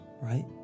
right